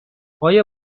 آیا